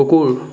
কুকুৰ